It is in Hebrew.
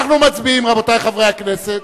אנחנו מצביעים, רבותי חברי הכנסת,